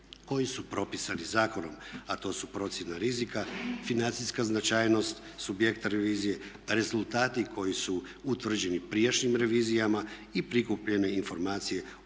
koji su propisani zakonom a to su procjena rizika, financijska značajnost subjekta revizije, rezultati koji su utvrđeni prijašnjim revizijama i prikupljene informacije o